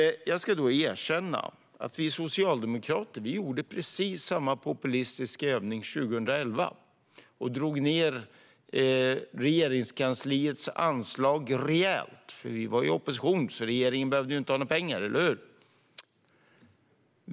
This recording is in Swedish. Jag ska erkänna att vi socialdemokrater gjorde precis samma populistiska övning 2011 och drog ned Regeringskansliets anslag rejält. Vi var ju i opposition, så regeringen behövde inte ha några pengar, eller hur?